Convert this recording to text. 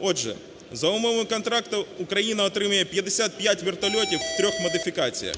Отже, за умовами контракту Україна отримає 55 вертольотів в трьох модифікаціях.